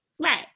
Right